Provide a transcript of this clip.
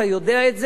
אתה יודע את זה,